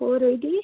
four eight